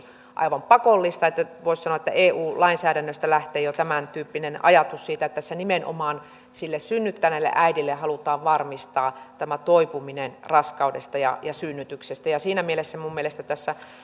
aivan pakollista eli voisi sanoa että eu lainsäädännöstä lähtee jo tämäntyyppinen ajatus siitä että tässä nimenomaan sille synnyttäneelle äidille halutaan varmistaa tämä toipuminen raskaudesta ja synnytyksestä siinä mielessä minun mielestäni tässä